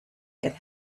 get